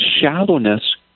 shallowness